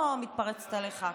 אופיר, תקשיב, אני לא מתפרצת עליך.